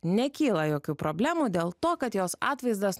nekyla jokių problemų dėl to kad jos atvaizdas